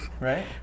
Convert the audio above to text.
right